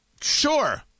Sure